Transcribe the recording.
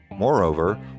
Moreover